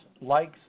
likes